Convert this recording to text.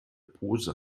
pose